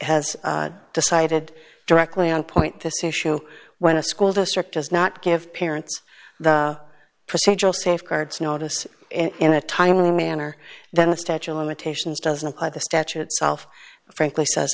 has decided directly on point this issue when a school district does not give parents the procedural safeguards notice in a timely manner that the statue of limitations doesn't apply the statute itself frankly says